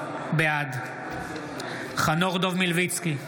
בעד חנוך דב מלביצקי,